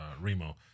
Remo